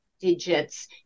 digits